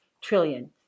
trillion